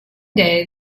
day